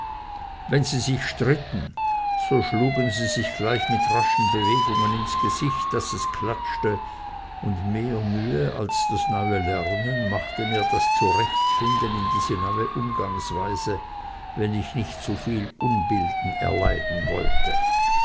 wenn sie sich stritten so schlugen sie sich gleich mit raschen bewegungen ins gesicht daß es klatschte und mehr mühe als das neue lernen machte mir das zurechtfinden in diese neue umgangsweise wenn ich nicht zuviel unbilden erleiden wollte